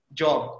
job